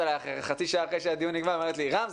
אליי חצי שעה אחרי שהדיון נגמר ואומרת לי: רם,